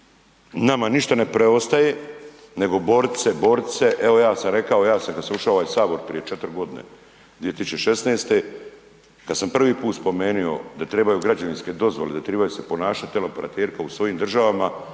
nama ništa ne preostaje nego borit se, borit se, evo ja sam rekao, ja sam kad sam ušao u ovaj Sabor prije četiri godine, 2016.-te, kad sam prvi put spomenuo da trebaju građevinske dozvole, da tribaju se ponašat teleoperateri kao u svojim državama,